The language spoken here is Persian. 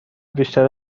بیشتر